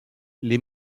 les